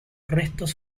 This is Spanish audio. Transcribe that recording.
restos